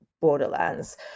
borderlands